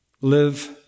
live